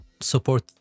support